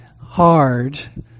hard